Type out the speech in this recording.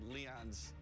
Leon's